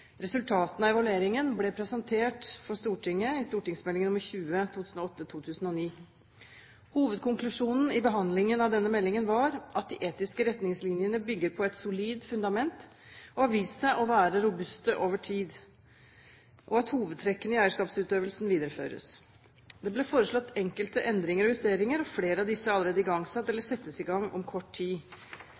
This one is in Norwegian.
Resultatene av evalueringen ble presentert for Stortinget i St.meld. nr. 20 for 2008–2009. Hovedkonklusjonen i behandlingen av denne meldingen var at de etiske retningslinjene bygger på et solid fundament og har vist seg å være robuste over tid, og at hovedtrekkene i eierskapsutøvelsen videreføres. Det ble foreslått enkelte endringer og justeringer, og flere av disse er allerede igangsatt eller settes i gang om kort tid.